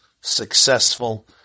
successful